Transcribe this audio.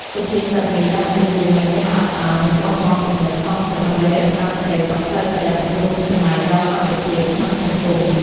សុភាសិតនេះដាស់តឿនយើងឲ្យចេះអត់ឱន និងបោះបង់គំនិតសងសឹក ដើម្បីរក្សាសេចក្តីសុខផ្លូវចិត្ត និងរួមចំណែកដល់សន្តិភាពក្នុងសង្គម។